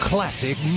Classic